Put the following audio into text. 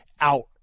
out